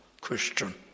Christian